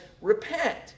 Repent